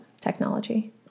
technology